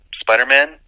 Spider-Man